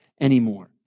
anymore